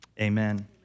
amen